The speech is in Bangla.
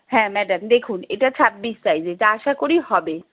হ্যাঁ ম্যাডাম দেখুন এটা ছাব্বিশ সাইজে যে আশা করি হবে